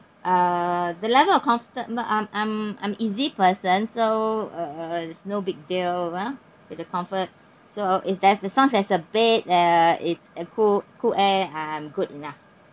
uh the level of comfort I'm I'm I'm easy person so uh it's no big deal ah with the comfort so is there as long there's a bed uh it's uh cool cool air I'm good enough